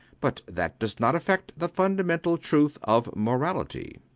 but that does not affect the fundamental truth of morality.